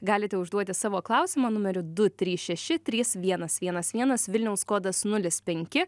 galite užduoti savo klausimą numeriu du trys šeši trys vienas vienas vienas vilniaus kodas nulis penki